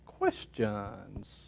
questions